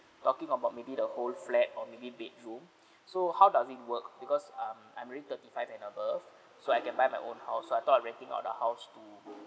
talk about maybe the whole flat or maybe bedroom so how does it work because um I'm already thirty five and above so I can buy my own house so I thought renting out the house to